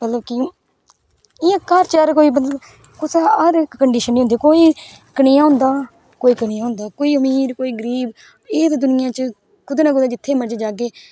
मतलव की इयां घर तार कोई कुसै हर इक कंडिशन होंदी कोई कनेहा होंदा कोई कनेहा कोई अमीर कोई गरीब एह् तां कुदा ना कुदै दुनियां च कुदै बा जागे